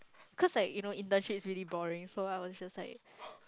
cause like you know internship is really boring so I was just like